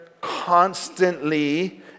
constantly